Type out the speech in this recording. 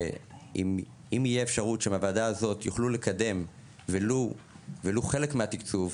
ואם יהיה אפשרות שבוועדה הזאת יוכלו לקדם ולו חלק מהתקצוב,